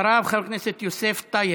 אחריו, חבר הכנסת יוסף טייב.